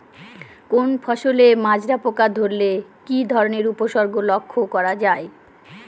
কোনো ফসলে মাজরা পোকা ধরলে কি ধরণের উপসর্গ লক্ষ্য করা যায়?